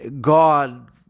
God